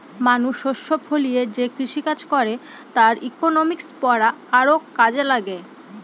মানুষ শস্য ফলিয়ে যে কৃষিকাজ করে তার ইকনমিক্স পড়া আরও কাজে লাগে